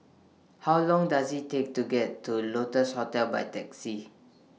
How Long Does IT Take to get to Lotus Hotel By Taxi